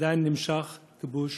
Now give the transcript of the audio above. עדיין נמשך, כיבוש